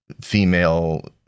female